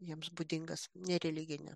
jiems būdingas nereliginio